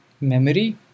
memory